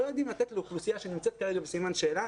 יודעים לתת לאוכלוסייה שנמצאת כרגע בסימן שאלה